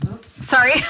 Sorry